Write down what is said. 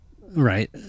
right